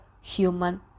human